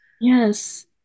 Yes